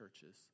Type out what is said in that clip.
churches